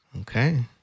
Okay